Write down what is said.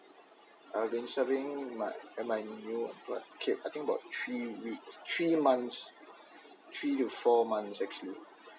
I've been serving my at my new emp~ okay I think about three week three months three to four months actually